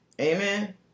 Amen